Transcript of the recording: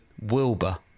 Wilbur